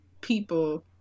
people